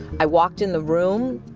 i walked in the room.